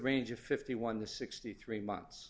range of fifty one the sixty three months